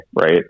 right